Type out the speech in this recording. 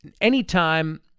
anytime